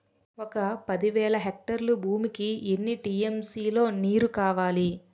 ఒక పది వేల హెక్టార్ల భూమికి ఎన్ని టీ.ఎం.సీ లో నీరు కావాలి?